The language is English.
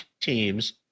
teams